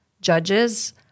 judges